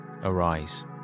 arise